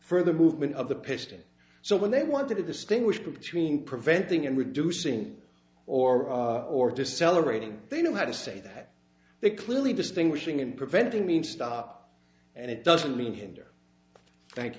further movement of the piston so when they want to distinguish between preventing and reducing or or decelerating they know how to say that they clearly distinguishing and preventing means stop and it doesn't mean hinder